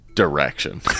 direction